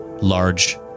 large